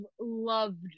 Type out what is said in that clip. loved